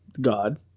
god